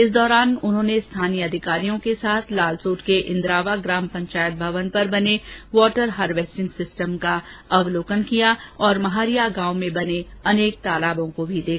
इस दौरान उन्होंने स्थानीय अधिकारियों के साथ लालसोट के इन्द्रावा ग्राम पंचायत भवन पर बने वाटर हार्वेस्टिंग सिस्टम का अवलोकन किया वहीं महारिया गांव में बने अनेक तालाबों को भी देखा